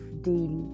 daily